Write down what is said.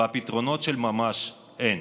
ופתרונות של ממש אין.